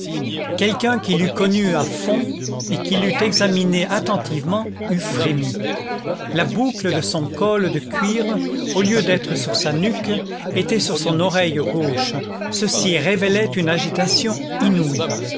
quelqu'un qui l'eût connu à fond et qui l'eût examiné attentivement eût frémi la boucle de son col de cuir au lieu d'être sur sa nuque était sur son oreille gauche ceci révélait une agitation inouïe